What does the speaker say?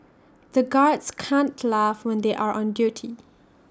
the guards can't laugh when they are on duty